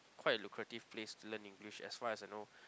quite a lucrative place to learn English as far as I know